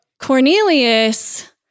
Cornelius